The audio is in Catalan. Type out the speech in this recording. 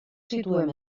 situem